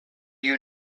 you